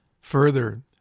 Further